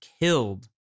killed